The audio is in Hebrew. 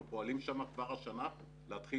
אנחנו פועלים שם כבר השנה להתחיל